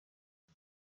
jag